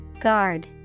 Guard